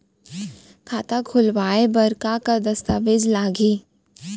खाता खोलवाय बर का का दस्तावेज लागही?